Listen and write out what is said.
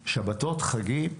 שבתות, חגים.